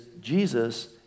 Jesus